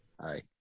Hi